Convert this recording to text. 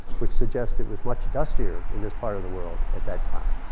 which suggests it was much dustier in this part of the world at that time.